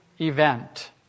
event